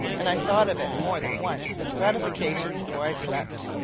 and i thought of it more than once with gratification before i slept.